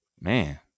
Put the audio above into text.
man